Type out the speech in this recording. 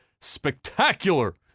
spectacular